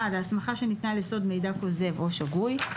ההסמכה ניתנה על יסוד מידע כוזב או שגוי,